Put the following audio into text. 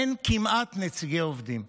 אין כמעט נציגי עובדים.